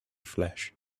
flesh